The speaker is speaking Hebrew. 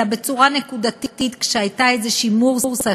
אלא בצורה נקודתית כשהייתה איזו מורסה,